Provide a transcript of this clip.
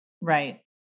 right